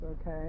okay